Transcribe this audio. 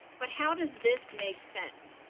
but how does this make sense?